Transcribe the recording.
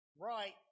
right